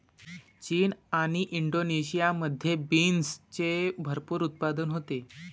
चीन आणि इंडोनेशियामध्ये बीन्सचे भरपूर उत्पादन होते